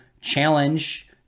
challenge